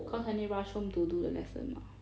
cause I need to rush home to do the lesson mah